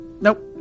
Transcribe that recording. Nope